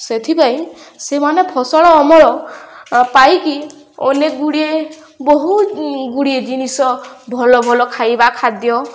ସେଥିପାଇଁ ସେମାନେ ଫସଲ ଅମଳ ପାଇକି ଅନେକ ଗୁଡ଼ିଏ ବହୁତ ଗୁଡ଼ିଏ ଜିନିଷ ଭଲ ଭଲ ଖାଇବା ଖାଦ୍ୟ